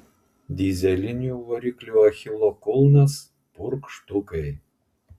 dyzelinių variklių achilo kulnas purkštukai